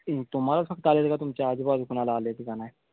तुम्हालाच फक्त आलेले का तुमच्या आजूबाजूला कुणाला आलं होते का नाही